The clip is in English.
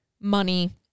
money